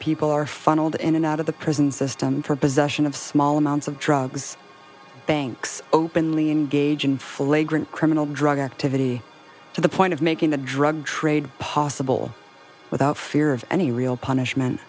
people are funneled in and out of the prison system for possession of small amounts of drugs banks openly engage in full criminal drug activity to the point of making the drug trade possible without fear of any real punishment